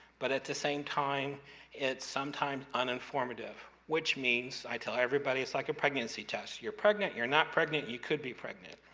but at the same time it's sometimes uninformative. which means i tell everybody it's like a pregnancy test. you're pregnant. you're not pregnant. you could be pregnant.